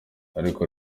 ariko